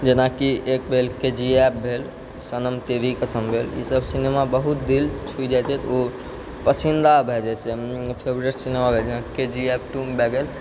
जेनाकि एक भेल के जी एफ भेल सनम तेरी कसम भेल ई सब सिनेमा बहुत दिल छू जाइ छै तऽ उ पसन्दीदा भए जाइ छै हमर favourite cinema K G F two भए गेल